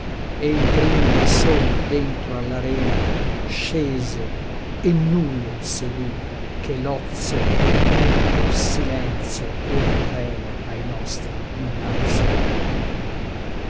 mondo ei primo e sol dentro all'arena scese e nullo il seguì che l'ozio e il brutto silenzio or preme ai nostri innanzi a tutto